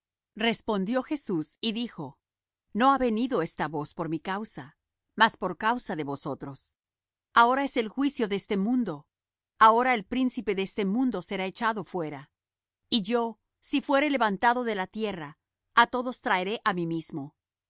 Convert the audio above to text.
respondió jesús y dijo no ha venido esta voz por mi causa mas por causa de vosotros ahora es el juicio de este mundo ahora el príncipe de este mundo será echado fuera y yo si fuere levantado de la tierra á todos traeré á mí mismo